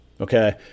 Okay